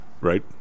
Right